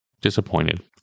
disappointed